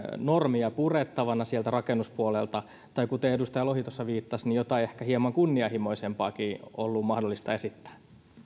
normia purettavana sieltä rakennuspuolelta tai kuten edustaja lohi tuossa viittasi jotain ehkä hieman kunnianhimoisempaakin ollut mahdollista esittää